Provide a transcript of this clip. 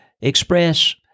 express